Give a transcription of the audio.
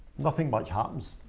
nothing much happens.